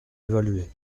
évaluer